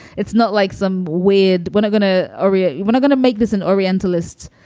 it's not like some weird one i'm going to ah read when i'm gonna make this an orientalists.